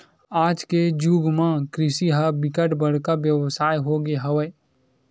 आज के जुग म कृषि ह बिकट बड़का बेवसाय हो गे हवय